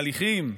את התהליכים,